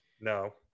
no